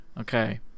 Okay